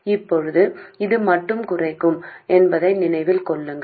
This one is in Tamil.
இப்போது இது மட்டும் குறைக்கும் என்பதை நினைவில் கொள்ளுங்கள்